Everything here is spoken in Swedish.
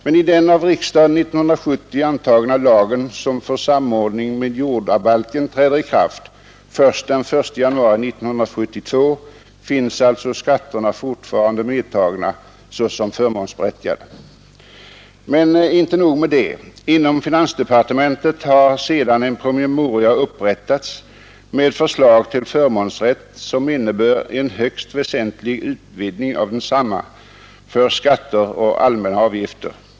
Men i den av riksdagen 1970 antagna lagen, som för samordning med jordabalken träder i kraft först den 1 januari 1972, finns alltså skatterna fortfarande medtagna såsom förmånsberättigade. Men inte nog med detta. Inom finansdepartementet har sedan en promemoria upprättats med förslag till förmånsrätt, som innebär en högst väsentlig utvidgning av denna för skatter och allmänna avgifter.